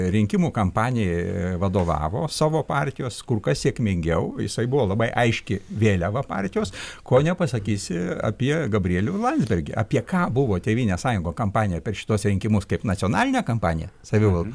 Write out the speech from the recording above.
rinkimų kampanijai vadovavo savo partijos kur kas sėkmingiau jisai buvo labai aiški vėliava partijos ko nepasakysi apie gabrielių landsbergį apie ką buvo tėvynės sąjungos kampaniją per šituos rinkimus kaip nacionalinė kampanija savivaldoje